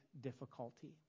difficulty